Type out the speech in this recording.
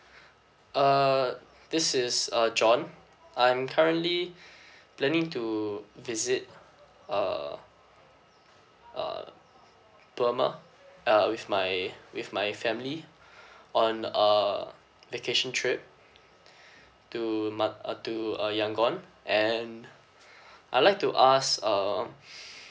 uh this is uh john I'm currently planning to visit uh uh burma uh with my with my family on a vacation trip to mat~ uh to uh yangon and I'll like to ask um